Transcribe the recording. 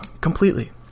Completely